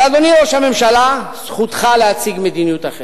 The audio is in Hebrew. אדוני ראש הממשלה, זכותך להציג מדיניות אחרת,